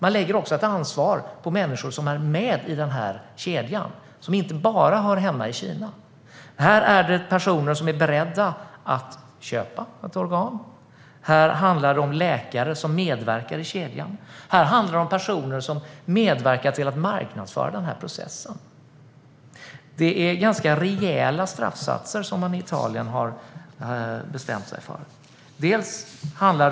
Man lägger därmed ett ansvar på människor som är med i denna kedja, som inte bara hör hemma i Kina. Det handlar om personer som är beredda att köpa ett organ, om läkare som medverkar i kedjan och om personer som medverkar till att marknadsföra den här processen. Straffsatserna som man i Italien har bestämt sig för är ganska rejäla.